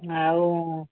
ଆଉ